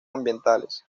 ambientales